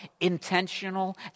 intentional